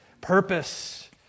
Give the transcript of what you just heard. purpose